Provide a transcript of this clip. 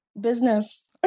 Business